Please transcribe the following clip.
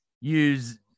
use